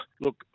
look